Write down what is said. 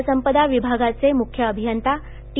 जलसंपदा विभागाचे मु य अभियंता टी